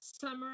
summer